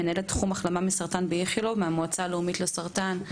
מנהלת תחום החלמה מסרטן ב- ׳איכילוב׳ ונציגה מהמועצה הלאומית לסרטן.